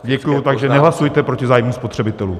Děkuji, takže nehlasujte proti zájmům spotřebitelů.